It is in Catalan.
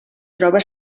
troba